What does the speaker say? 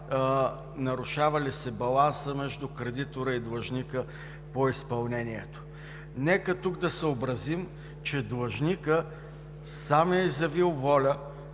нарушава ли се балансът между кредитора и длъжника по изпълнението. Нека тук да съобразим, че длъжникът сам е изявил воля